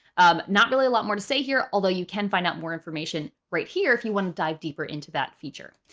um not really a lot more to say here, although you can find out more information right here if you want to dive deeper into that feature.